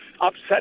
upset